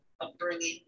upbringing